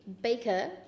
baker